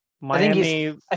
Miami